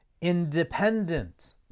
independent